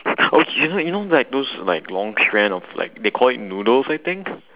oh you know you know like those like long strand of like they call it noodles I think